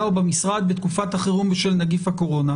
או במשרד בתקופת החירום בשל נגיף הקורונה".